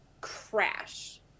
crash